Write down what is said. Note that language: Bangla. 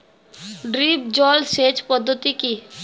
ড্রিপ জল সেচ পদ্ধতি কি?